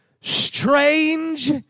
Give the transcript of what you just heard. strange